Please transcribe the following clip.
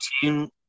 team